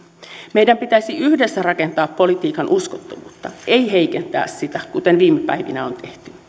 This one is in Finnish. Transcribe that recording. meidän pitäisi yhdessä rakentaa politiikan uskottavuutta ei heikentää sitä kuten viime päivinä on